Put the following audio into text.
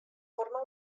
forma